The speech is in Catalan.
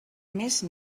més